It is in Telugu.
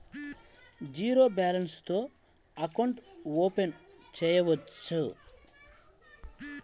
జీరో బాలన్స్ తో అకౌంట్ ఓపెన్ చేయవచ్చు?